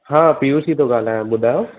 हा पियूश ई थो ॻाल्हाया ॿुधायो